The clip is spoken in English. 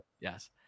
Yes